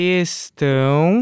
estão